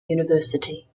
university